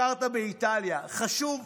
ביקרת באיטליה, חשוב,